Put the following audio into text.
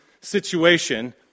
situation